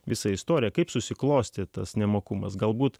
visą istoriją kaip susiklostė tas nemokumas galbūt